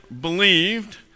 believed